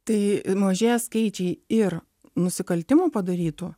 tai mažėja skaičiai ir nusikaltimų padarytų